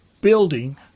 building